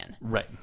Right